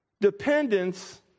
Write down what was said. Dependence